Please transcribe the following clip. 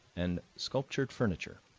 and sculptured furniture